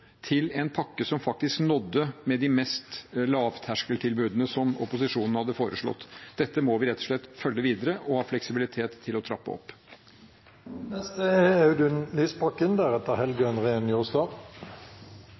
til en pakke som faktisk nådde, med de lavterskeltilbudene som opposisjonen hadde foreslått. Dette må vi rett og slett følge videre og ha fleksibilitet til å trappe